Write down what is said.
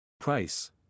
Price